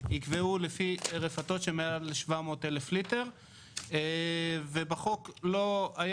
הסבירו לנו שמביאים פה כל מיני חוקים ותקנות לא מבושלות כי